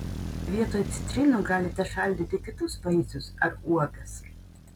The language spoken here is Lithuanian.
vietoj citrinų galite šaldyti kitus vaisius ar uogas